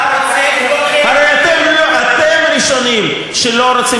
אתה רוצה לראות, הרי אתם הראשונים שלא רוצים.